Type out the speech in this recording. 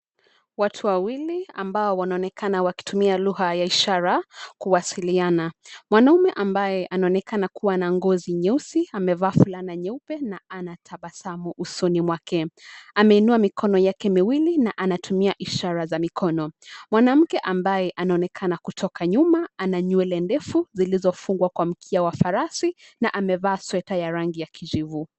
Watu wawili ambao wanaonekana wakitumia lugha ya ishara kuwasiliana. Mwanaume ambaye anaonekana kuwa na ngozi nyeusi amevaa fulana nyeupe na anatabasamu usoni mwake. Ameinua mikono yake miwili na anatumia ishara za mikono, mwanamke ambaye anaonekana kutoka nyuma ana nywele ndefu zilizofungwa kwa mkia wa farasi na amevaa sweta ya rangi ya kijivu.